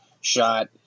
shot